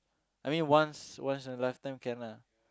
I mean once once in a lifetime can lah